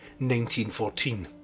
1914